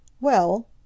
Well